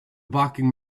boxing